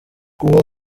kuba